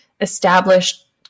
established